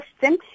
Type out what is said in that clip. system